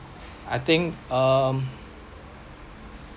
I think um